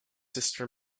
sister